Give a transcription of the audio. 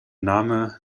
name